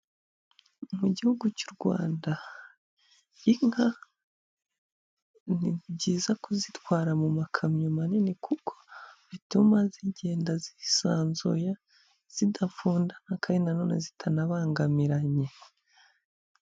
Mu gihugu cy'u Rwanda, inka ni byiza kuzitwara mu makamyo manini kuko bituma zigenda zisanzuye, zidafundana nkandi na none zita na bangamiranye.